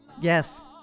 Yes